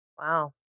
wow